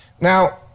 Now